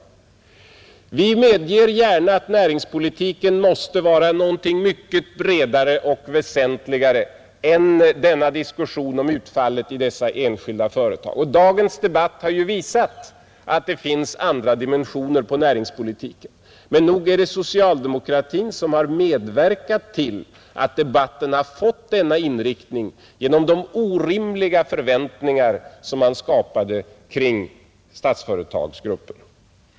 Vi medger gärna att näringspolitiken måste vara någonting mycket bredare och väsentligare än denna diskussion om utfallet i dessa enskilda företag, Och dagens debatt har ju visat att det finns andra dimensioner på näringspolitiken. Men nog är det socialdemokratin som har medverkat till att debatten har fått denna inriktning genom de orimliga förväntningar man skapade kring Statsföretagsgruppen.